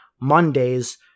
Mondays